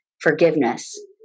Forgiveness